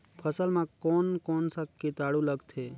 फसल मा कोन कोन सा कीटाणु लगथे?